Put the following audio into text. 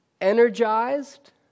energized